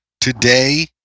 today